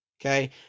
okay